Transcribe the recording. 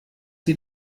sie